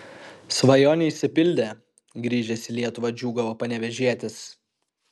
svajonė išsipildė grįžęs į lietuvą džiūgavo panevėžietis